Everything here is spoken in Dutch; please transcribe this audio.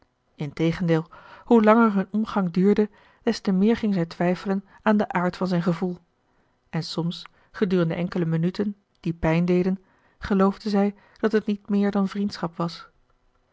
integendeel hoe langer hun omgang duurde des te meer ging zij twijfelen aan den aard van zijn gevoel en soms gedurende enkele minuten die pijn deden geloofde zij dat het niet meer dan vriendschap was